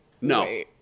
No